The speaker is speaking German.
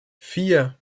vier